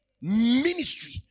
Ministry